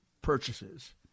purchases